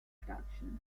production